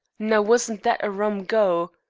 now, wasn't that a rum go?